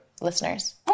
listeners